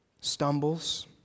stumbles